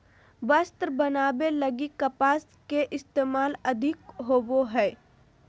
वस्त्र बनावे लगी कपास के इस्तेमाल अधिक होवो हय